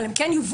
אבל הם כן יובאו.